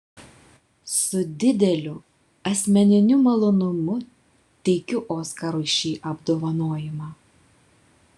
su dideliu asmeniniu malonumu teikiu oskarui šį apdovanojimą